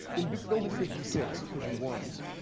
in but building fifty six, pushing worms,